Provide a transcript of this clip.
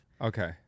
Okay